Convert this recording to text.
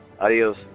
Adios